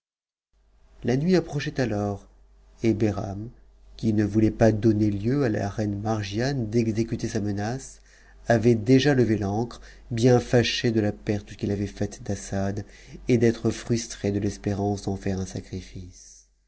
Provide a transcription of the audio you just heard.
la nuit approchait alors et behram qui ne voulait pas donner lieu à la reine margiane d'exécuter sa menace avait déjà levé l'ancre bien taché de la perte qu'il avait faite d'assad et d'être frustré de l'espérance t'eu faire un sacrifice